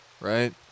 right